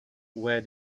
where